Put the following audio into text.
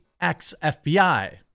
ex-FBI